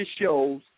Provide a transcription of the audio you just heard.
shows